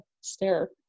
stare